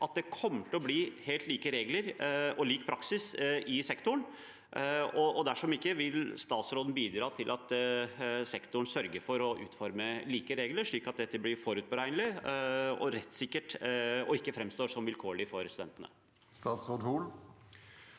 at det blir helt like regler og lik praksis i sektoren. Og dersom ikke: Vil statsråden bidra til at sektoren sørger for å utforme like regler, slik at dette blir forutberegnelig og rettssikkert og ikke framstår som vilkårlig for studentene? Statsråd